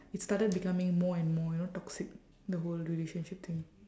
it started becoming more and more you know toxic the whole relationship thing